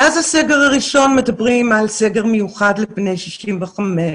מאז הסגר הראשון מדברים על סגר מיוחד לבני 65,